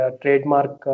trademark